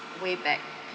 way back